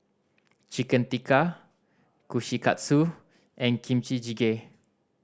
Chicken Tikka Kushikatsu and Kimchi Jjigae